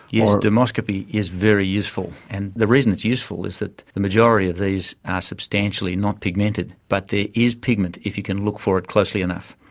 yes, dermoscopy is very useful, and the reason it's useful is that the majority of these are substantially not pigmented, but there is pigment if you can look for it closely enough.